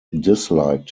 disliked